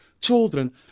children